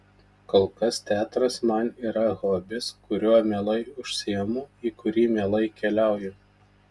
kol kas teatras man yra hobis kuriuo mielai užsiimu į kurį mielai keliauju